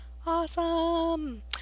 Awesome